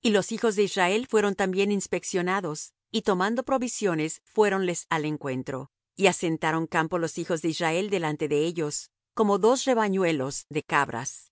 y los hijos de israel fueron también inspeccionados y tomando provisiones fuéronles al encuentro y asentaron campo lo hijos de israel delante de ellos como dos rebañuelos de cabras